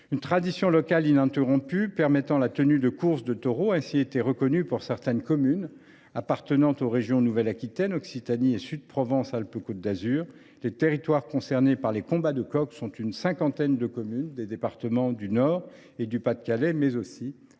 Une tradition locale ininterrompue permettant la tenue de courses de taureaux a ainsi été reconnue pour certaines communes des régions Nouvelle Aquitaine, Occitanie et Sud – Provence Alpes Côte d’Azur. Les territoires concernés par les combats de coqs couvrent une cinquantaine de communes des départements du Nord et du Pas de Calais, mais aussi La